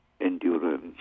endurance